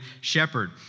shepherd